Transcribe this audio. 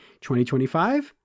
2025